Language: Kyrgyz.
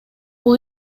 бул